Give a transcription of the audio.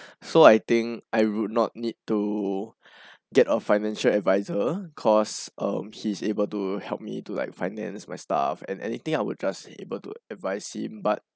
so I think I would not need to get a financial adviser cause uh he's able to help me to like finance my stuff and anything I will just able to advise him but